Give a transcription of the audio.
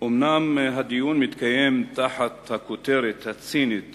אומנם הדיון מתקיים תחת הכותרת הצינית